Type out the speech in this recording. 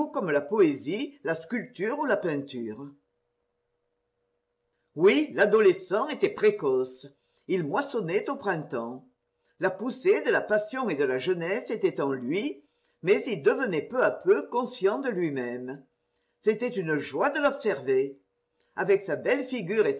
la poésie la sculpture ou la peinture oui l'adolescent était précoce il moissonnait au printemps la poussée de la passion et de la jeunesse était en lui mais il devenait peu à peu conscient de lui-même c'était une joie de l'observer avec sa belle figure